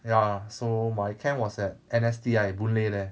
ya so my camp was at N_S_T_I boon lay there